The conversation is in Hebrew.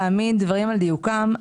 אעמיד דברים על דיוקים,